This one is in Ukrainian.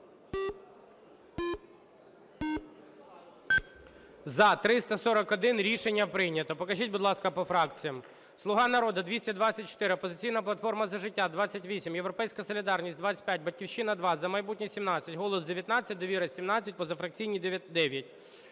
За-341 Рішення прийнято. Покажіть, будь ласка, по фракціям. "Слуга народу" - 224, "Опозиційна платформа - За життя" – 28, "Європейська солідарність" – 25, "Батьківщина" – 2, "За майбутнє" – 17, "Голос" – 19, "Довіра" – 17, позафракційні – 9.